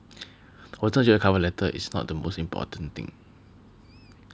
我真的觉得 cover letter is not the most important thing